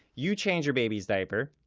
you change your baby's diaper,